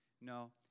No